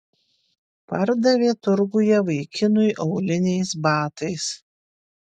pardavė turguje vaikinui auliniais batais